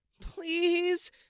Please